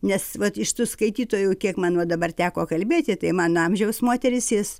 nes vat iš tų skaitytojų kiek man va dabar teko kalbėti tai mano amžiaus moterys jos